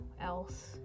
else